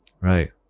Right